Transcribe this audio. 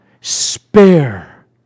spare